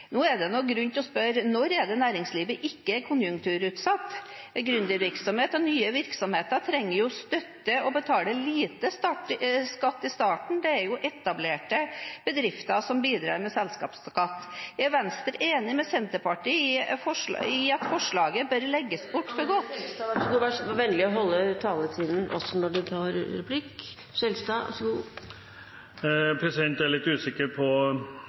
Nå er det grunn til å spørre: Når er det næringslivet ikke er konjunkturutsatt? Gründervirksomhet og nye virksomheter trenger jo støtte og betaler lite skatt i starten. Det er etablerte bedrifter som bidrar med selskapsskatt. Er Venstre enig med Senterpartiet i at forslaget bør legges bort nå? Presidenten ber om at man holder taletiden også når man tar replikk. Jeg er litt usikker på,